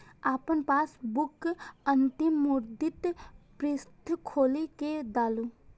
अपन पासबुकक अंतिम मुद्रित पृष्ठ खोलि कें डालू